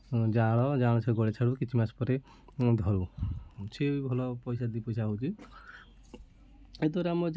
ଯାଆଁଳ ଯାଆଁଳ ସେ ଗଡ଼ିଆ ଠାରୁ କିଛି ମାସ ପରେ ଧରୁ ହେଉଛି ଭଲ ଦୁଇ ପଇସା ହେଉଛି ଏ ଦ୍ୱାରା